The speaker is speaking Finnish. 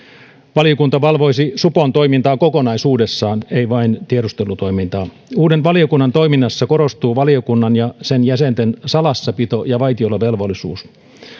valiokunta valvoisi supon toimintaa kokonaisuudessaan ei vain tiedustelutoimintaa uuden valiokunnan toiminnassa korostuu valiokunnan ja sen jäsenten salassapito ja vaitiolovelvollisuus